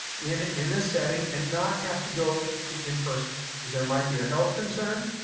in in this setting and not have to go to in-person. there might be a health concern.